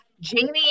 Jamie